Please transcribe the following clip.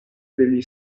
degli